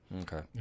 Okay